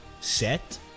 set